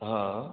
ହଁ